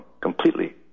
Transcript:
completely